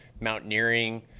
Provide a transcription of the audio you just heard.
mountaineering